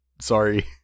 sorry